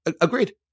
Agreed